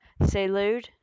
Salud